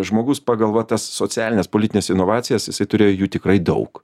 žmogus pagal va tas socialines politines inovacijas jisai turėjo jų tikrai daug